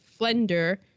Flender